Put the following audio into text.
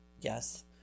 Yes